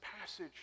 passage